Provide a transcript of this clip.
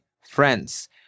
friends